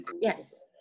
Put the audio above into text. Yes